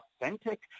authentic